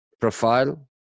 profile